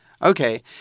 Okay